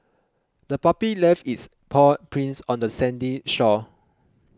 the puppy left its paw prints on the sandy shore